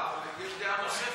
יש דעה נוספת.